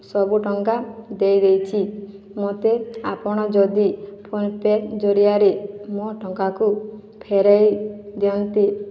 ସବୁ ଟଙ୍କା ଦେଇଦେଇଛି ମୋତେ ଆପଣ ଯଦି ଫୋନ ପେ ଜରିଆରେ ମୋ ଟଙ୍କାକୁ ଫେରାଇ ଦିଅନ୍ତି